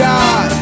God